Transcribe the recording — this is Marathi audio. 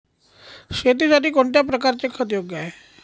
शेतीसाठी कोणत्या प्रकारचे खत योग्य आहे?